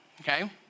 okay